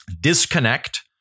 disconnect